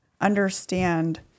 understand